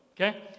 okay